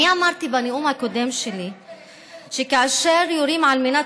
אני אמרתי בנאום הקודם שלי שכאשר יורים על מנת